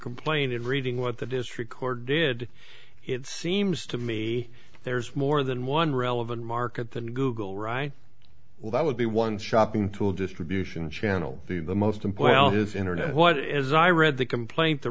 complaint and reading what the district court did it seems to me there's more than one relevant market than google right well that would be one shopping tool distribution channel the most important is internet what as i read the complaint the